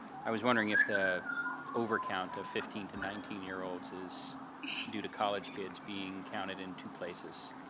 i was wondering if the overcount of fifteen to nineteen year old is due to college kids being counted in two places.